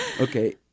Okay